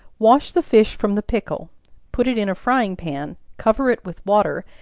wash the fish from the pickle put it in a frying-pan cover it with water,